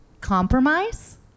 compromise